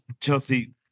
Chelsea